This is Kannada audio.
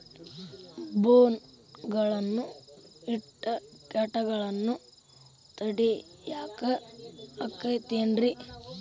ಬೋನ್ ಗಳನ್ನ ಇಟ್ಟ ಕೇಟಗಳನ್ನು ತಡಿಯಾಕ್ ಆಕ್ಕೇತೇನ್ರಿ?